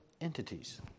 entities